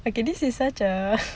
okay this is such a